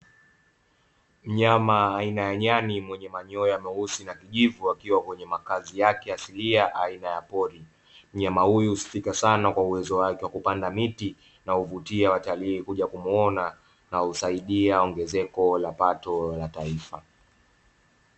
Mnyama aina ya nyani, mwenye manyoya meusi na kijivu, akiwa kwenye makazi yake ya asilia aina ya pori. Mnyama huyu husifika sana kwa wezo wake wa kupanda miti na huvutia watalii kuja kumuona na husaidia ongezeko la pato la taifa.